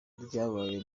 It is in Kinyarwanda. ryabaye